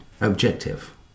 objective